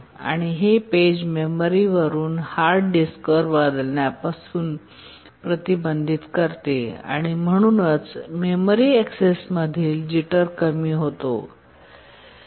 आणि हे पेज मेमरीवरून हार्ड डिस्कवर बदलण्यापासून प्रतिबंधित करते आणि म्हणूनच मेमरी एक्सेसमधील जिटर कमी होते